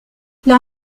leur